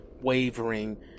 wavering